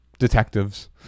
detectives